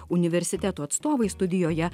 universitetų atstovais studijoje